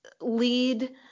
lead